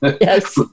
yes